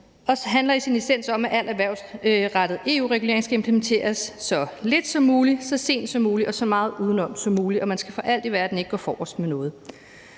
Og det handler i sin essens om, at al erhvervsrettet EU-regulering skal implementeres så lidt som muligt, så sent som muligt og så meget udenom som muligt, og man skal for alt i verden ikke gå forrest i noget.